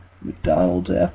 McDonald's